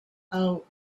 out